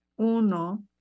uno